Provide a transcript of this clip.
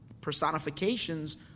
personifications